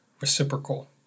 reciprocal